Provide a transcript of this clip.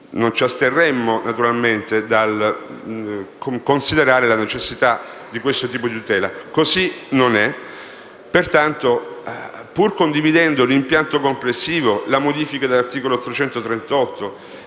non ci asterremmo dal considerare la necessità di questo tipo di tutela. Così non è. Pertanto, pur condividendo l'impianto complessivo, con la modifica dell'articolo 338,